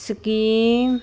scheme